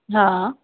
हा